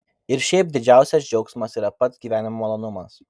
ir šiaip didžiausias džiaugsmas yra pats gyvenimo malonumas